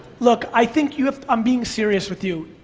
look, i think you have, i'm being serious with you,